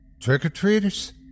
Trick-or-treaters